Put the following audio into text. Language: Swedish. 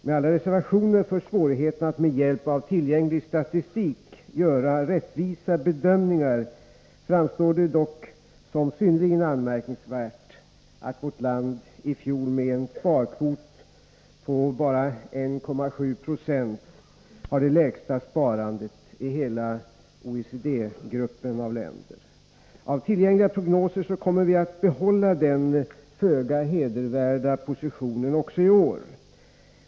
Med alla reservationer för svårigheten att med hjälp av tillgänglig statistik göra rättvisa bedömningar framstår det dock som synnerligen anmärkningsvärt att vårt land i fjol med en sparkvot på bara 1,7 Jo har det lägsta sparandet i hela OECD-gruppen av länder. Enligt tillgängliga prognoser kommer vi att behålla den föga hedervärda positionen också i år.